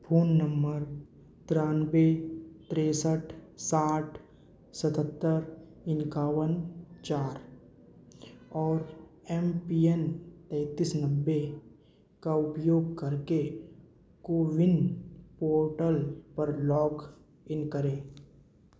phone number तिरानबे तिरसठ साठ सतहत्तर इक्यावन चार और एम पि एन तैंतीस नब्बे का उपयोग करके कोविन पोर्टल पर लॉग इन करें